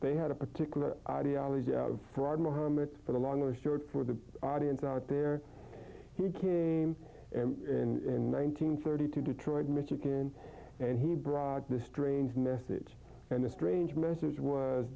they had a particular ideology for mohammad for the long or short for the audience out there he came in one nine hundred thirty to detroit michigan and he brought this strange message and the strange message was